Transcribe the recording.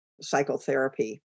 psychotherapy